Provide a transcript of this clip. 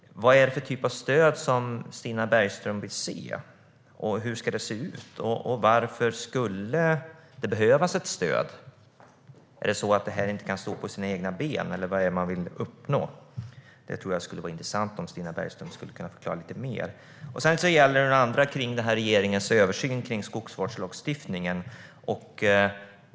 Vad är det för typ av stöd som Stina Bergström vill se? Hur ska det se ut? Och varför skulle det behövas ett stöd? Är det så att kontinuitetsskogsbruket inte kan stå på egna ben, eller vad är det man vill uppnå? Det vore intressant om Stina Bergström ville förklara lite mer. Min andra fråga gäller regeringens översyn av skogsvårdslagstiftningen.